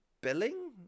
billing